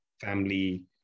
family